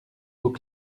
eaux